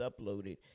uploaded